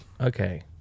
Okay